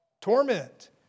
torment